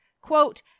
Quote